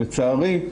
לצערי,